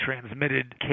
transmitted